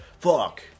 Fuck